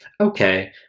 Okay